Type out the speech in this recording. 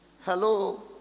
Hello